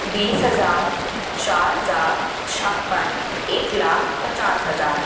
बीस हज़ार चार हज़ार छप्पन एक लाख पचास हज़ार